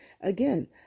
again